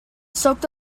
soaked